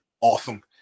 awesome